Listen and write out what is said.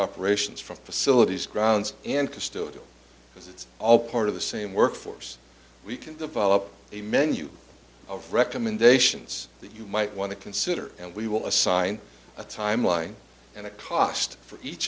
operations from facilities grounds and custodial because it's all part of the same workforce we can develop a menu of recommendations that you might want to consider and we will assign a timeline and a cost for each